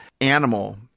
animal